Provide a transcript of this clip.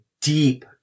deep